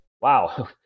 Wow